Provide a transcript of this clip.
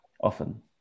often